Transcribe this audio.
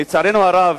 לצערנו הרב,